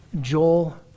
Joel